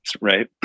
right